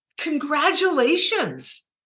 Congratulations